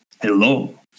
Hello